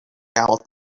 galloped